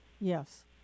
Yes